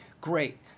Great